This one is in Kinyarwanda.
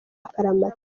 akaramata